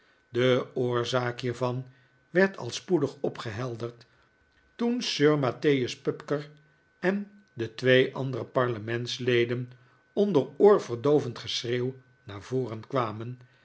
de oorzaak hiervan werd al spoedig opgehelderd toen sir mattheus pupker en de twee andere parlementsleden onder oorverdoovend geschreeuw naar voren kwamen